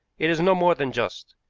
it is no more than just.